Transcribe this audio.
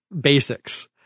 basics